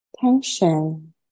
tension